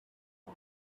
few